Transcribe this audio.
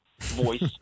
voice